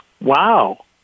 Wow